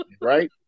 Right